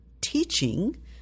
teaching